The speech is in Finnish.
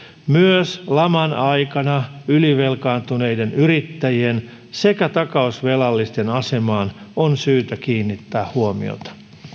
myös laman aikana ylivelkaantuneiden yrittäjien sekä takausvelallisten asemaan on syytä kiinnittää huomiota